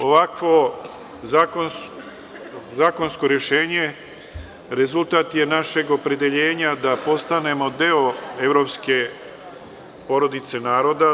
Ovakvo zakonsko rešenje rezultat je našeg opredeljenja da postanemo deo evropske porodice naroda.